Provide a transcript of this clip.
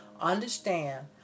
Understand